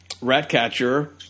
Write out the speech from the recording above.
Ratcatcher